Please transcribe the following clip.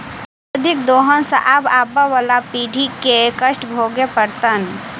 अत्यधिक दोहन सँ आबअबला पीढ़ी के कष्ट भोगय पड़तै